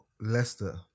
Leicester